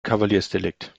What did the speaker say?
kavaliersdelikt